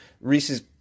Reese's